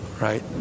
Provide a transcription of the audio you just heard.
right